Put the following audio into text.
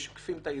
שמשקפים את האיזון.